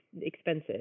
expensive